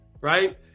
right